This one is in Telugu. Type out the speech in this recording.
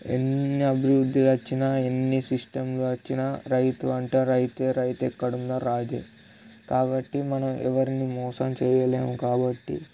ఎన్ని అభివృద్ధులు వచ్చినా ఎన్ని సిస్టంలు వచ్చినా రైతు అంటే రైతే రైతు ఎక్కడున్నా రాజే కాబట్టి మనం ఎవరినీ మోసం చేయలేము కాబట్టి